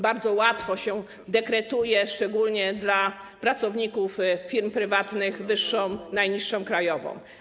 Bardzo łatwo się dekretuje, szczególnie w przypadku pracowników firm prywatnych, wyższą najniższą krajową.